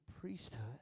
priesthood